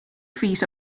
feet